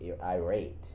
irate